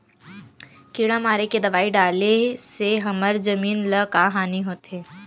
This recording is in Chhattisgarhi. किड़ा मारे के दवाई डाले से हमर जमीन ल का हानि होथे?